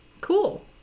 Cool